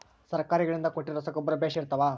ಸರ್ಕಾರಗಳಿಂದ ಕೊಟ್ಟಿರೊ ರಸಗೊಬ್ಬರ ಬೇಷ್ ಇರುತ್ತವಾ?